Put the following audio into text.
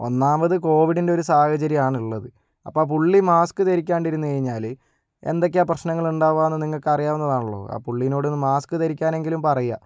ഒന്നാമത് കോവിഡിന്റെ ഒരു സാഹചര്യം ആണുള്ളത് അപ്പോൾ പുള്ളി മാസ്ക് ധരിക്കാണ്ടിരുന്ന് കഴിഞ്ഞാൽ എന്തൊക്കെയാണ് പ്രശ്നങ്ങൾ ഉണ്ടാവുകയെന്ന് നിങ്ങൾക്ക് അറിയാവുന്നതാണല്ലോ ആ പുള്ളിയോട് ഒന്ന് മാസ്ക് ധരിക്കാൻ എങ്കിലും പറയുക